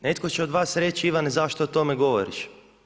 Netko će od vas reći – Ivane, zašto o tome govoriš.